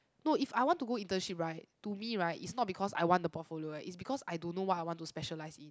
no if I want to go internship right to me right is not because I want the portfolio eh is because I don't know what I want to specialise in